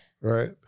Right